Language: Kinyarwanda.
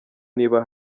niba